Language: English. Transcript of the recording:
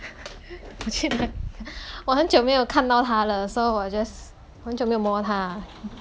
我去拿我很久没有看到它了 so 我 just 我很久没有摸它